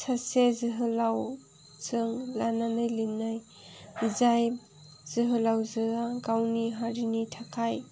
सासे जोहोलावजो लानानै लिरनाय जाय जोहोलावजोआ गावनि हारिनि थाखाय